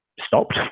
stopped